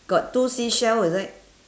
got two seashell is it